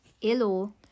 Hello